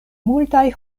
multaj